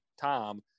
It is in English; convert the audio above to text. time